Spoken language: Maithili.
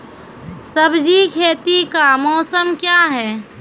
सब्जी खेती का मौसम क्या हैं?